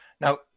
Now